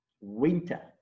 winter